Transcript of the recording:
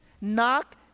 Knock